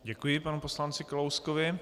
Děkuji panu poslanci Kalouskovi.